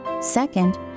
Second